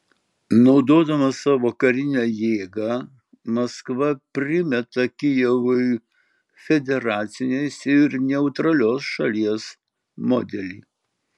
naudodama savo karinę jėgą maskva primeta kijevui federacinės ir neutralios šalies modelį